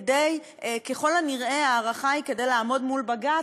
ככל הנראה ההארכה היא כדי לעמוד מול בג"ץ,